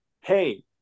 hey